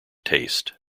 taste